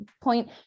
point